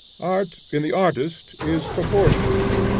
art, in the artist, is proportion,